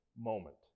moment